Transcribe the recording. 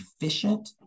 efficient